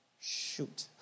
Shoot